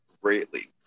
greatly